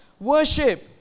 worship